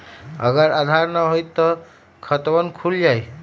अगर आधार न होई त खातवन खुल जाई?